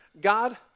God